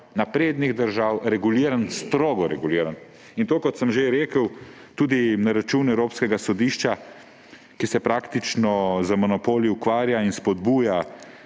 naprednih držav reguliran, strogo reguliran. In to, kot sem že rekel, tudi na račun evropskega sodišča, ki se praktično z monopoli ukvarja in spodbuja